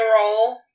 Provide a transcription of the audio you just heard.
roll